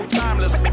timeless